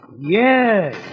Yes